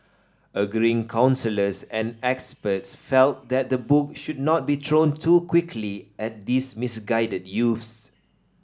agreeing counsellors and experts felt that the book should not be thrown too quickly at these misguided youths